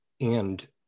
And-